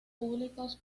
público